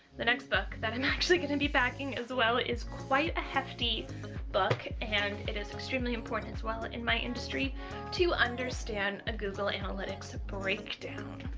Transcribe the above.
the next book that i'm actually going to and be backing as well is quite a hefty book and it is extremely important as well in my industry to understand a google analytics breakdown.